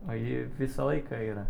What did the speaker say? o ji visą laiką yra